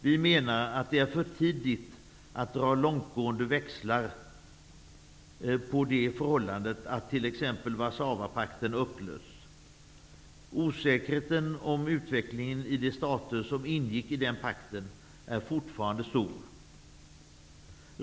Vi menar att det är för tidigt att dra långtgående växlar på det förhållandet att t.ex. Warszawapakten har upplösts. Osäkerheten om utvecklingen i de stater som ingick i den pakten är fortfarande stor.